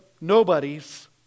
nobodies